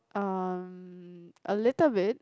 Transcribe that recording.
um a little bit